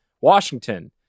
Washington